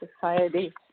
society